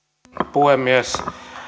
puhemies